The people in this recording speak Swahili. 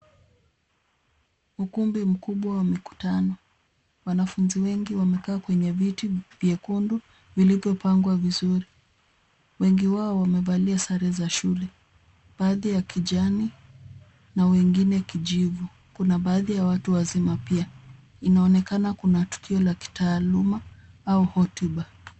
Ukumbi mkubwa wa mikutano. Wanafunzi wengi wamekaa kwenye viti vyekundu vilivyopangwa vizuri. Wengi wao wamevalia sare za shule, baadhi ya kijani na wengine kijivu. Kuna baadhi ya watu wazima pia. Inaonekana kuna tukio la kitaaluma au hotuba.